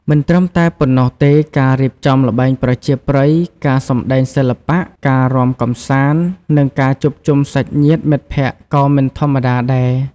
មិនត្រឹមតែប៉ុណ្ណោះទេការរៀបចំល្បែងប្រជាប្រិយ ការសម្ដែងសិល្បៈ ការរាំកម្សាន្ត និងការជួបជុំសាច់ញាតិមិត្តភក្តិក៏មិនធម្មតាដែរ ។